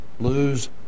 lose